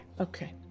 Okay